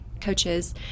coaches